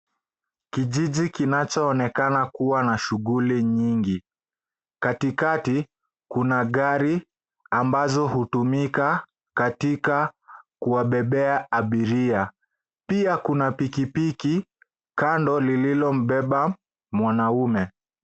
Kijiji kinachoonekana kuwa na shughuli nyingi, katikati kuna gari ambazo hutumika katika kuwabebea abiria; pia, kuna pikipiki kando lililombeba mwanaume.